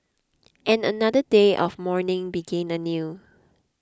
and another day of mourning begin anew